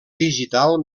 digital